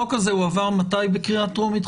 מתי החוק הזה עבר בקריאה טרומית,